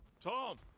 tom!